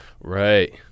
Right